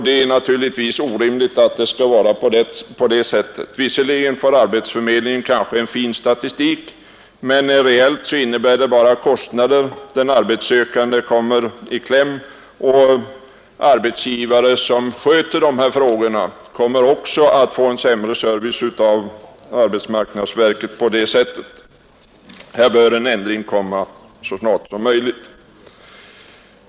Det är givetvis orimligt att det skall vara på det sättet. Visserligen får arbetsförmedlingen kanske en fin statistik, men reellt innebär det bara kostnader. Den arbetssökande kommer i kläm, och arbetsgivare som sköter dessa frågor kommer också att få en sämre service av arbetsmarknadsverket. Här bör en ändring ske så snart som möjligt.